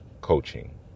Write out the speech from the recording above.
Coaching